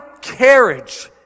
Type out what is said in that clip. carriage